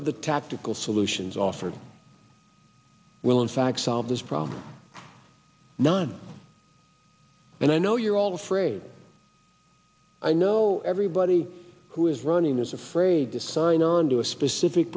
of the tactical solutions offered will in fact solve this problem nine and i know you're all afraid i know everybody who is running is afraid to sign onto a specific